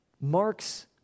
marks